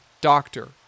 doctor